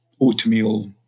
oatmeal